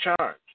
charge